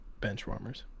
Benchwarmers